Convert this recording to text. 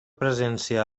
presència